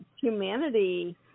humanity